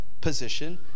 position